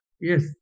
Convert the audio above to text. Yes